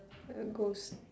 uh goes